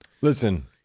listen